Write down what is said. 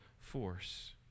force